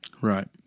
Right